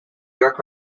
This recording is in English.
york